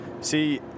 See